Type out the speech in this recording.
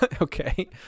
Okay